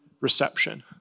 reception